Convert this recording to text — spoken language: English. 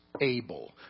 Able